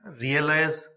realize